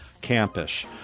campus